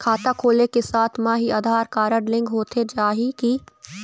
खाता खोले के साथ म ही आधार कारड लिंक होथे जाही की?